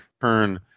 turn